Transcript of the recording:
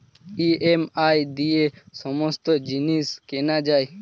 EMI দিয়ে সমস্ত জিনিস কেনা যায়